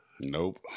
Nope